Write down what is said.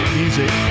music